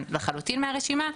לחלוטין מהרשימה,